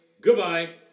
Goodbye